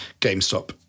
GameStop